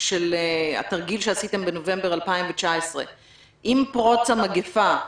של התרגיל שעשיתם בנובמבר 2019. עם פרוץ המגפה,